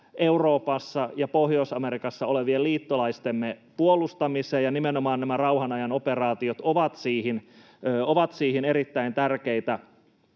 Euroopassa ja Pohjois-Amerikassa olevien liittolaistemme puolustamiseen, ja nimenomaan nämä rauhanajan operaatiot ovat siihen erittäin tärkeitä.